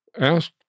ask